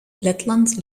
letland